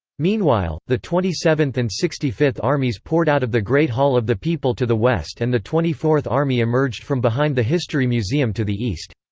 meanwhile, the twenty seventh and sixty fifth armies poured out of the great hall of the people to the west and the twenty fourth army emerged from behind the history museum to the east.